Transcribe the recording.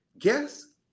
Guess